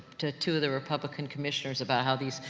to two of the republican commissioners about how these,